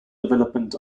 development